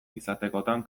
izatekotan